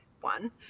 one